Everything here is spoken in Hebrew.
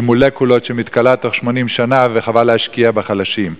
מולקולות שמתכלה תוך 80 שנה וחבל להשקיע בחלשים.